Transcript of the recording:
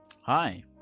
Hi